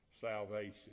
salvation